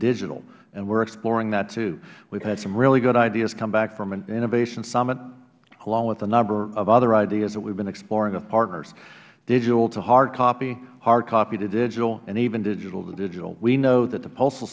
digital and we are exploring that too we have had some really good ideas come back from an innovation summit along with a number of other ideas that we have been exploring with partners digital to hard copy hard copy to digital and even digital to digital we know that the postal